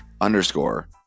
underscore